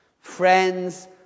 Friends